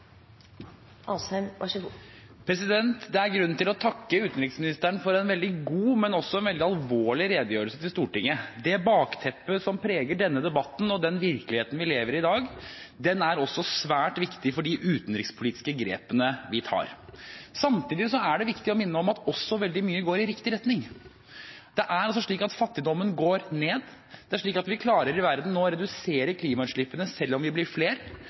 grunn til å takke utenriksministeren for en veldig god, men også veldig alvorlig redegjørelse til Stortinget. Det bakteppet som preger denne debatten og den virkeligheten vi lever i i dag, er også svært viktig for de utenrikspolitiske grepene vi tar. Samtidig er det viktig å minne om at veldig mye også går i riktig retning: Fattigdommen går ned, og vi klarer i verden nå å redusere klimautslippene selv om vi blir flere.